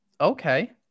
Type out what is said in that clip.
okay